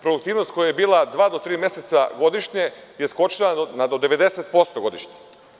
Produktivnost koja je bila dva do tri meseca godišnje je skočila na 90% godišnje.